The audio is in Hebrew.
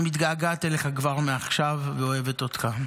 אני מתגעגעת אליך כבר מעכשיו ואוהבת אותך.